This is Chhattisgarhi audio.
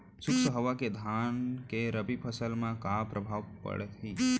शुष्क हवा के धान के रबि फसल मा का प्रभाव पड़ही?